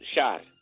shot